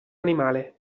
animale